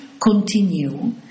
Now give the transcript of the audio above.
continue